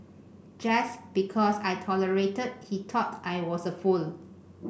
just because I tolerated he thought I was a fool